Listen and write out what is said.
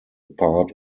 part